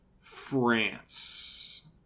France